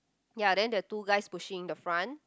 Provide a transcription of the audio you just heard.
ya then the two guys pushing the front